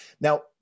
Now